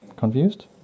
confused